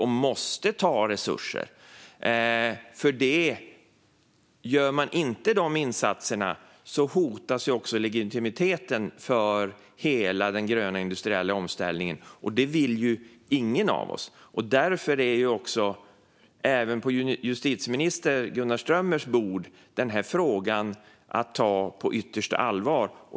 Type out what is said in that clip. Det måste få ta resurser i anspråk, för gör man inte de insatserna hotas legitimiteten för hela den gröna industriella omställningen, och det vill ju ingen av oss. Därför ligger denna fråga även på justitieminister Gunnar Strömmers bord, och den ska tas på yttersta allvar.